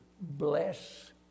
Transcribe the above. bless